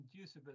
inducible